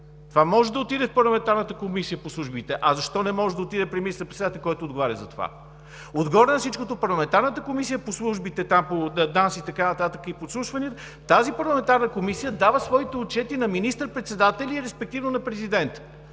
Това може да отиде в Парламентарната комисия по службите, а защо не може да отиде при министър-председателя, който отговаря за това? Отгоре на всичко, Парламентарната комисия по службите – там по ДАНС, подслушванията и така нататък, тази парламентарна комисия дава своите отчети на министър-председателя и респективно на президента.